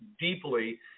deeply